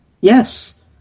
yes